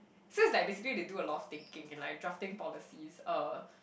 so it's like basically they do a lot thinking like drafting policies uh